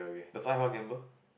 does Cai Hua gamble